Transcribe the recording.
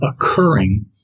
occurring